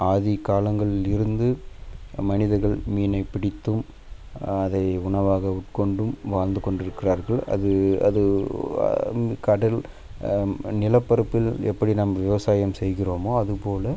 ஆதி காலங்களில் இருந்து மனிதர்கள் மீனை பிடித்தும் அதை உணவாக உட்கொண்டும் வாழ்ந்து கொண்டிருக்கிறார்கள் அது அது கடல் நிலப்பரப்பில் எப்படி நம்ம விவசாயம் செய்கிறோமோ அது போல்